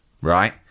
right